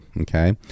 okay